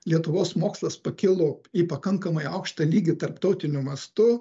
lietuvos mokslas pakilo į pakankamai aukštą lygį tarptautiniu mastu